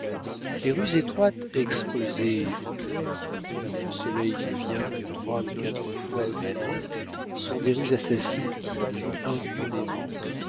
les rues étroites exposées au nord où le soleil ne vient que trois ou quatre fois dans l'année sont des rues assassines qui tuent impunément